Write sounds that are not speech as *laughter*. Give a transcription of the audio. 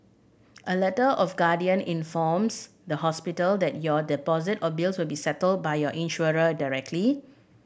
a Letter of *unintelligible* informs the hospital that your deposit or bills will be settled by your insurer directly